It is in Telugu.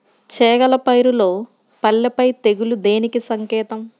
చేగల పైరులో పల్లాపై తెగులు దేనికి సంకేతం?